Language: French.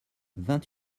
vingt